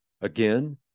Again